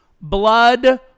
Blood